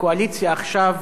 הקואליציה עכשיו